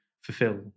fulfill